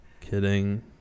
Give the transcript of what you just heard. Kidding